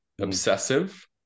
obsessive